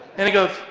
and he goes,